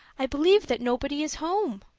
i believe that nobody is home.